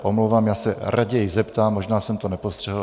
Omlouvám se, raději se zeptám, možná jsem to nepostřehl.